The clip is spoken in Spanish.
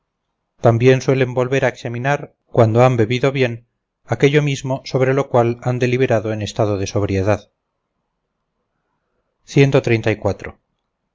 también suelen volver a examinar cuando han bebido bien aquello mismo sobre lo cual han deliberado en estado de sobriedad cuando se